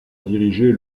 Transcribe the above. diriger